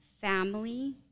family